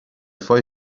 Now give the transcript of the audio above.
فای